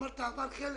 אמרת שעבר חלק.